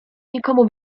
nikomu